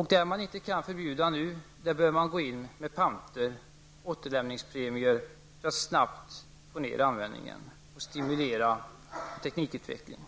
I de fall man nu inte kan införa förbud bör man gå in med panter och återlämningspremier för att snabbt få ned användningen och stimulera teknikutvecklingen.